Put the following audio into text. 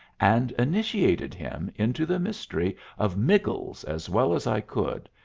and initiated him into the mystery of miggles as well as i could,